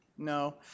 No